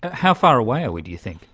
how far away are we, do you think?